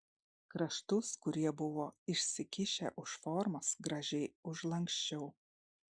kraštus kurie buvo išsikišę už formos gražiai užlanksčiau